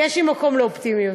יש לי מקום לאופטימיות.